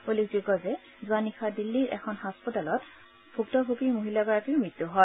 উল্লেখযোগ্য যে যোৱা নিশা দিল্লীৰ এখন হাস্পতালত ভূক্তভোগী মহিলাগৰাকীৰ মৃত্যু হয়